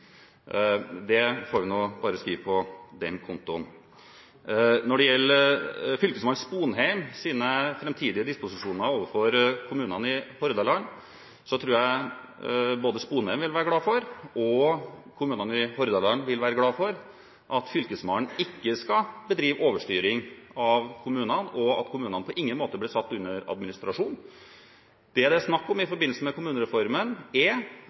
Det får vi bare skrive på den kontoen. Når det gjelder fylkesmann Sponheims framtidige disposisjoner overfor kommunene i Hordaland, tror jeg både Sponheim og kommunene i Hordaland vil være glade for at fylkesmannen ikke skal bedrive overstyring av kommunene, og at kommunene på ingen måte blir satt under administrasjon. Det det er snakk om i forbindelse med kommunereformen, er